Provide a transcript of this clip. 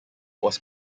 was